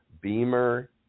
Beamer